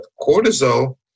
cortisol